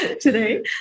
today